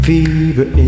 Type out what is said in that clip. Fever